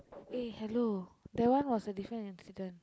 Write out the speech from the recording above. eh hello that one was a different incident